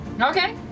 Okay